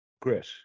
Chris